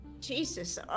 Jesus